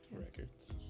records